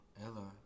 Ella